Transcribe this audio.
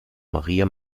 maria